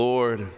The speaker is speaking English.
Lord